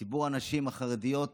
ציבור הנשים החרדיות,